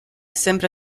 sempre